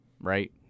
Right